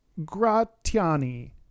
Gratiani